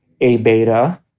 A-beta